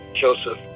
Joseph